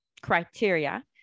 criteria